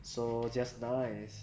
so just nice